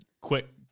quick